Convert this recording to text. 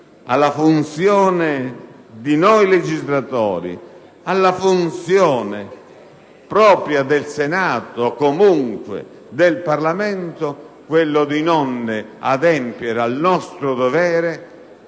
alla funzione di legislatori, alla funzione propria del Senato e, comunque, del Parlamento non adempiere al nostro dovere